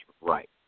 right